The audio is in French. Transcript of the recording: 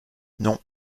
non